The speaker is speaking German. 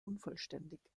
unvollständig